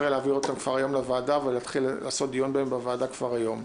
יהיה להעביר אותן כבר היום לוועדה ולהתחיל לדון בהן בוועדה כבר היום.